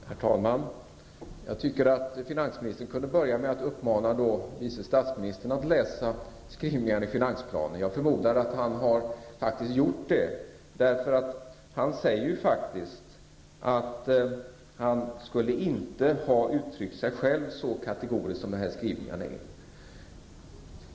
Herr talman! Jag tycker att finansministern kunde börja med att uppmana vice statsministern att läsa skrivningarna i finansplanen. Jag förmodar ändå att han faktiskt har gjort det, för han säger att han inte själv skulle ha uttryckt sig så kategoriskt som i dessa skrivningar.